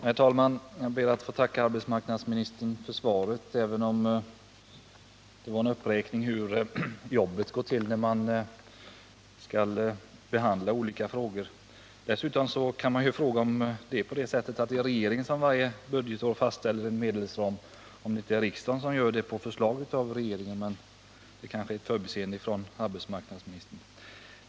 Herr talman! Jag ber att få tacka arbetsmarknadsministern för svaret på min fråga, även om det bara var en redogörelse för behandlingsordningen i dessa ärenden. Man kan dessutom fråga om det är regeringen som varje budgetår fastställer medelsramen — det är väl riksdagen som gör det på förslag av regeringen. Men det rör sig troligen här om ett förbiseende från arbetsmarknadsministern.